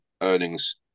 earnings